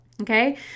Okay